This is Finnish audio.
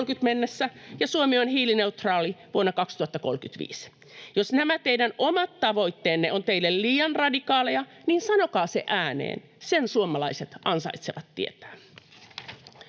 ja Suomi on hiilineutraali vuonna 2035. Jos nämä teidän omat tavoitteenne ovat teille liian radikaaleja, niin sanokaa se ääneen — sen suomalaiset ansaitsevat tietää.